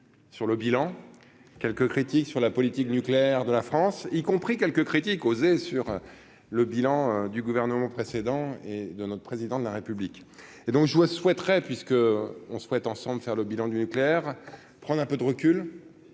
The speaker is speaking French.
sur le bilan quelques critiques sur la politique nucléaire de la France, y compris quelques critiques osé sur le bilan du gouvernement précédent, et de notre président de la République et donc je vois souhaiterait puisque on souhaite ensemble faire le bilan du nucléaire, prendre un peu de recul